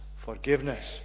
forgiveness